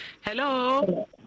Hello